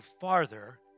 farther